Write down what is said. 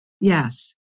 Yes